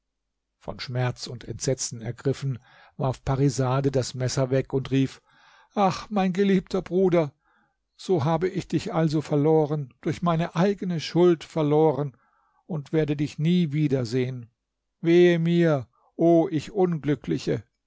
von schmerz und entsetzen ergriffen warf parisade das messer weg und rief ach mein geliebter bruder so habe ich dich also verloren durch meine eigene schuld verloren und werde dich nie wiedersehen wehe mir o ich unglückliche